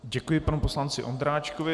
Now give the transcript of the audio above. Děkuji panu poslanci Vondráčkovi.